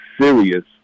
serious